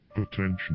attention